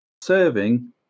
serving